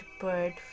bird